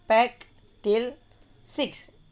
pack till six